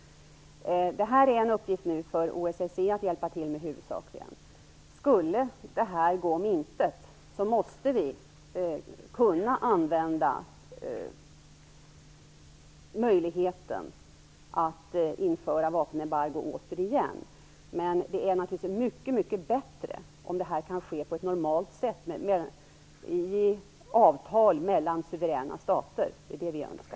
Det här är en uppgift huvudsakligen för OSSE att hjälpa till med. Skulle detta gå om intet måste vi kunna använda möjligheten att införa vapenembargo återigen. Men det är naturligtvis mycket bättre om detta kan ske på ett normalt sätt i avtal mellan suveräna stater. Det är det vi önskar.